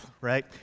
right